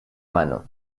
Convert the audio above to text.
mano